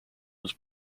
was